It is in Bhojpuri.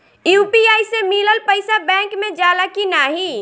यू.पी.आई से मिलल पईसा बैंक मे जाला की नाहीं?